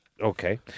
okay